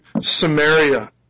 Samaria